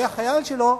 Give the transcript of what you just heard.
היה חייל שלו,